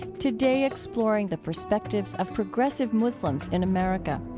today, exploring the perspectives of progressive muslims in america